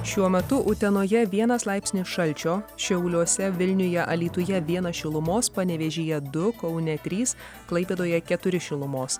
šiuo metu utenoje vienas laipsnio šalčio šiauliuose vilniuje alytuje vienas šilumos panevėžyje du kaune trys klaipėdoje keturi šilumos